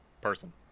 person